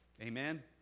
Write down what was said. Amen